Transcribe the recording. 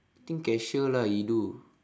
think cashier lah he do